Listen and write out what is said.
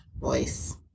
Voice